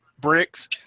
bricks